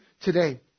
today